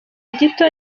gito